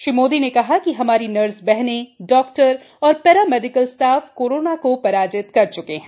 श्री मोदी ने कहा कि हमारी नर्स बहनें डाक्टर और पैरा मेडिकल स्टॉफ कोरोना को पराजित कर च्के हैं